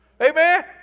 Amen